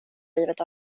livet